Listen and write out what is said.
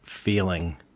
feeling